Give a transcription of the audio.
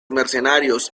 mercenarios